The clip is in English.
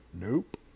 Nope